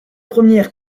première